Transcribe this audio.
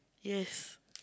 yes